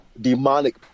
demonic